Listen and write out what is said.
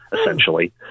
essentially